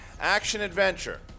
action-adventure